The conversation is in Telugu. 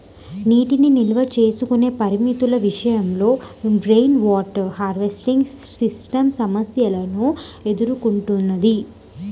నీటిని నిల్వ చేసుకునే పరిమితుల విషయంలో రెయిన్వాటర్ హార్వెస్టింగ్ సిస్టమ్ సమస్యలను ఎదుర్కొంటున్నది